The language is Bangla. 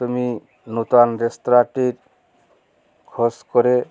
তুমি নূতন রেস্তোরাঁটির খোঁজ করে